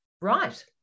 Right